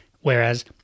Whereas